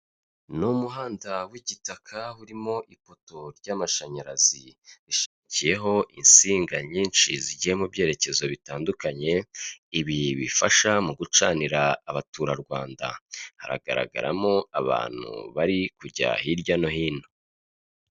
Ni umuhanda w'igitaka urimo ipoto ry'amashanyarazi, ishamikiyeho insinga nyinshi zigiye mu byerekezo bitandukanye ibi bifasha mu gucanira abaturarwanda, haragaragaramo abantu bari kujya hirya no hino.